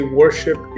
worship